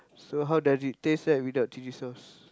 so how does it taste like without chili sauce